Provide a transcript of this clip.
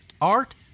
art